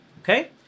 okay